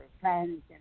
friends